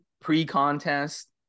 pre-contest